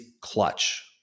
clutch